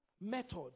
method